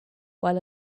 while